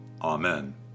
Amen